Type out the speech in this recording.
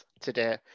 today